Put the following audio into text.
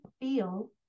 feel